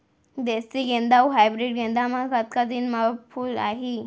देसी गेंदा अऊ हाइब्रिड गेंदा म कतका दिन म फूल आही?